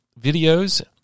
videos